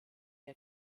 der